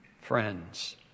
friends